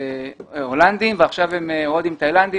והולנדים ועכשיו הם הודים ותאילנדים,